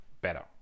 better